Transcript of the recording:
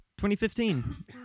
2015